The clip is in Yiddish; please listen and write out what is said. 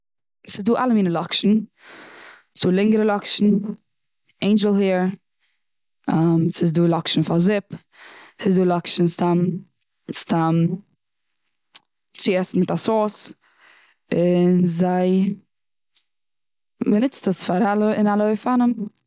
ס'איז דא אלע מיני לאקשן ס'איז דא לענגערע לאקשן, עינדזשל העיר, ס'איז דא לאקשן פאר זופ, ס'איז דא לאקשן סתם סתם צו עסן צו עסן מיט א סאוס, און זיי, מ'ניצט עס פאר אלע, און אלע אופנים.